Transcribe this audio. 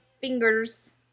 fingers